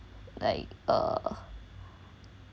like uh